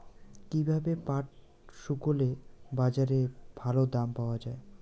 কীভাবে পাট শুকোলে বাজারে ভালো দাম পাওয়া য়ায়?